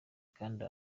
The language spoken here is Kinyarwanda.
kandi